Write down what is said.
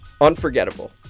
Unforgettable